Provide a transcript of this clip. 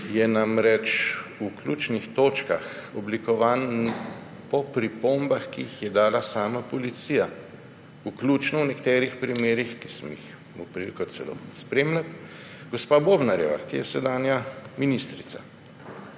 je namreč v ključnih točkah oblikovan po pripombah, ki jih je dala sama policija, v nekaterih primerih, ki sem jih imel priliko celo spremljati, vključno gospa Bobnarjeva, ki je sedanja ministrica.